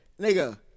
Nigga